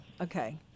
okay